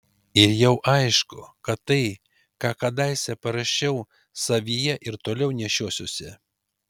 ir jau aišku kad tai ką kadaise parašiau savyje ir toliau nešiosiuosi